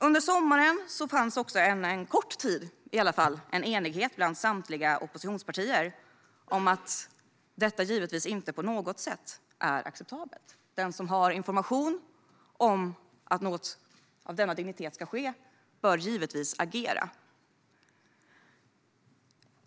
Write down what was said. Under sommaren fanns, under en kort tid i alla fall, en enighet bland samtliga oppositionspartier om att detta givetvis inte är acceptabelt. Den som har information om att något av denna dignitet ska ske bör givetvis agera.